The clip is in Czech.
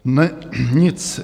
Ne nic.